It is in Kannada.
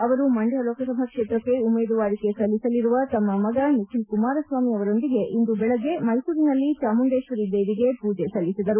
ಅವರು ಮಂಡ್ಕ ಲೋಕಸಭಾ ಕ್ಷೇತ್ರಕ್ಕೆ ಉಮೇದುವಾರಿಕೆ ಸಲ್ಲಿಸಲಿರುವ ತಮ್ಮ ಮಗ ನಿಖಿಲ್ ಕುಮಾರಸ್ವಾಮಿ ಅವರೊಂದಿಗೆ ಇಂದು ಬೆಳಗ್ಗೆ ಚಾಮುಂಡೇಶ್ವರಿಗೆ ಪೂಜೆ ಸಲ್ಲಿಸಿದರು